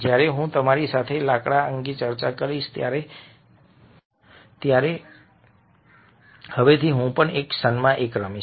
જ્યારે હું તમારી સાથે લાકડા અંગે ચર્ચા કરીશ ત્યારે હવેથી હું પણ એક ક્ષણમાં એક રમીશ